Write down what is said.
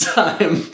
time